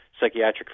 psychiatric